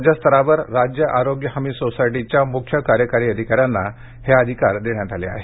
राज्यस्तरावर राज्य आरोग्य हमी सोसायटीच्या मुख्य कार्यकारी अधिकाऱ्यांना हे अधिकार देण्यात आले आहेत